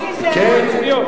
מצביעות יש, אבל נשים אין ברשימה.